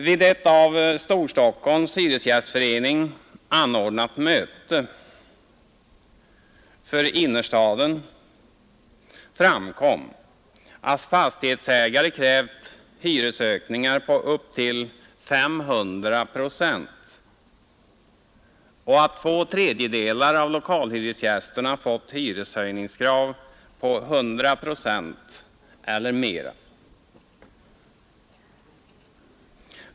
Vid ett av Hyresgästföreningen i Storstockholm anordnat möte för innerstaden framkom, att fastighetsägare krävt hyresökningar på upp till 500 procent och att två tredjedelar av lokalhyresgästerna fått hyreshöjningskrav på 100 procent eller mera.